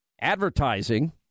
advertising